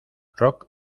rock